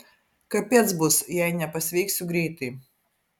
kapėc bus jei nepasveiksiu greitai